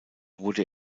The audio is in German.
wurde